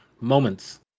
moments